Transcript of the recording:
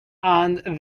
and